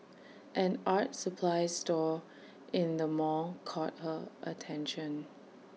an art supplies store in the mall caught her attention